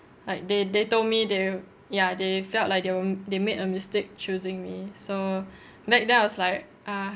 like they they told me they ya they felt like they were they made a mistake choosing me so back then I was like ah